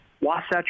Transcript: Wasatch